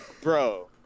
Bro